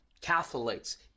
Catholics